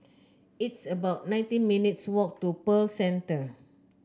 it's about nineteen minutes' walk to Pearl Centre